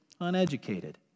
uneducated